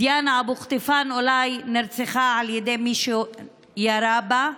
דיאנה אבו קטיפאן אולי נרצחה על ידי מי שירה בה,